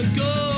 go